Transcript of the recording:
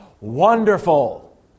Wonderful